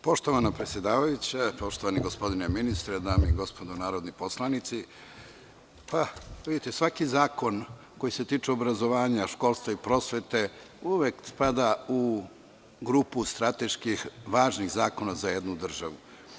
Poštovana predsedavajuća, poštovani gospodine ministre, dame i gospodo narodni poslanici, svaki zakon koji se tiče obrazovanja, školstva i prosvete uvek spada u grupu strateški važnih zakona za jednu državu.